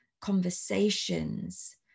conversations